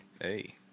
Hey